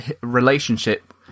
relationship